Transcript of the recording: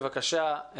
בבקשה,